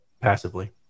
passively